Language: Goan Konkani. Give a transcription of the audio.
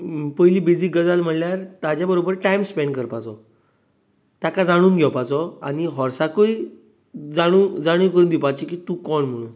पयलीं बेजीक गजाल म्हळ्यार ताचे बरोबर टायम स्पेंड करपाचो ताका जाणून घेवपाचो आनी हाॅर्साकूय जाणीव जाणीव करून दिवपाची की तूं कोण म्हणून